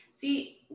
See